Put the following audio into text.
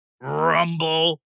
Rumble